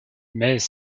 mais